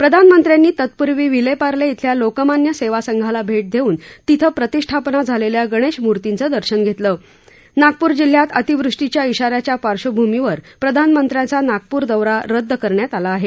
प्रधानमंत्र्यांनी तत्पूर्वी विलेपार्ले इथल्या लोकमान्य सेवा संघाला भेट देऊन त्यांनी तिथं प्रतिष्ठापना झालेल्या गणेशमुर्तीचं दर्शन घेतलं नागपूर जिल्ह्यात अतिवृष्टीच्या इशा याच्या पार्श्वभूमीवर प्रधानमंत्र्यांचा नागपूर दौरा रदद करण्यात आला आहे